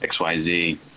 xyz